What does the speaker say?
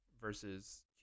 versus